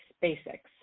basics